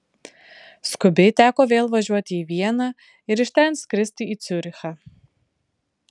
skubiai teko vėl važiuoti į vieną ir iš ten skristi į ciurichą